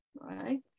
right